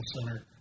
Center